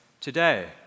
today